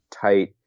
tight